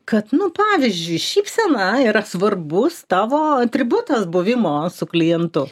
kad nu pavyzdžiui šypsena yra svarbus tavo atributas buvimo su klientu